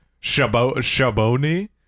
shaboni